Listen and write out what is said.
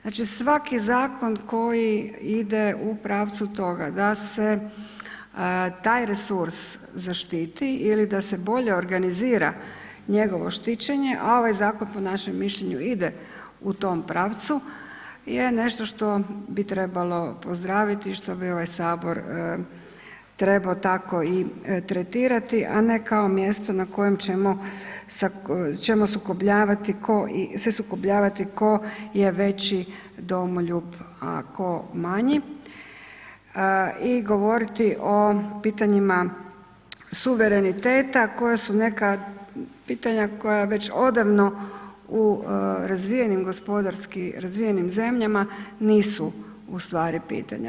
Znači, svaki zakon koji ide u pravcu toga da se taj resurs zaštiti ili da se bolje organizira njegovo štićenje, a ovaj zakon po našem mišljenju, ide u tom pravcu je nešto što bi trebalo pozdraviti i što bi ovaj HS trebao tako i tretirati, a ne kao mjesto na kojem ćemo se sukobljavati tko je veći domoljub, a tko manji i govoriti o pitanjima suvereniteta koja su neka pitanja koja već odavno u razvijenim, gospodarski razvijenim zemljama, nisu u stvari pitanja.